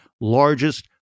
largest